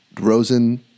rosen